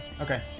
Okay